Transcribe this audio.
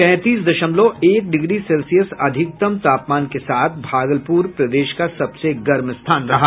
तैंतीस दशमलव एक डिग्री सेल्सियस अधिकतम तापमान के साथ भागलपुर प्रदेश का सबसे गर्म स्थान रहा